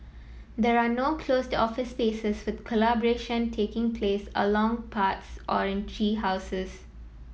there are no closed office spaces with collaboration taking place along paths or in tree houses